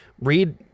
Read